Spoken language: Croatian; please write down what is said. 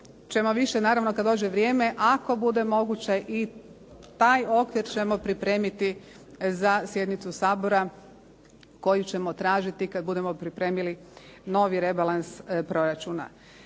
ćemo više naravno kad dođe vrijeme, ako bude moguće i taj okvir ćemo pripremiti za sjednicu Sabora koju ćemo tražiti kad budemo pripremili novi rebalans proračuna.